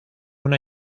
una